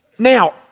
Now